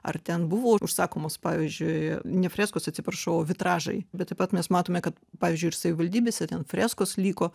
ar ten buvo užsakomos pavyzdžiui ne freskos atsiprašau o vitražai bet taip pat mes matome kad pavyzdžiui ir savivaldybėse ten freskos liko